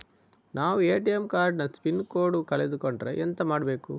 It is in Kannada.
ನಾವು ಎ.ಟಿ.ಎಂ ಕಾರ್ಡ್ ನ ಪಿನ್ ಕೋಡ್ ಕಳೆದು ಕೊಂಡ್ರೆ ಎಂತ ಮಾಡ್ಬೇಕು?